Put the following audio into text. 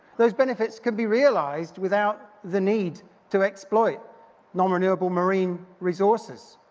those benefits could be realized without the need to exploit non-renewable marine resources.